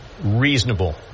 reasonable